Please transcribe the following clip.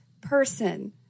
person